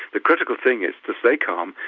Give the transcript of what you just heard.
the critical thing is to stay calm,